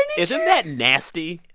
isn't that nasty?